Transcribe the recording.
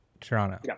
toronto